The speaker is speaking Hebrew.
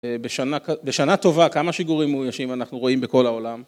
בשנה טובה כמה שיגורים מאוישים אנחנו רואים בכל העולם?